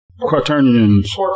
Quaternions